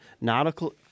nautical